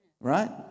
Right